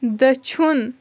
دٔچھُن